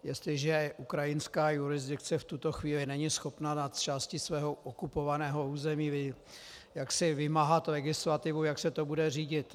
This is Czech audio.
Jestliže ukrajinská jurisdikce v tuto chvíli není schopna nad částí svého okupovaného území vymáhat legislativu, jak se to bude řídit.